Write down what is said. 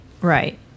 Right